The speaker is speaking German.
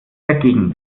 dagegen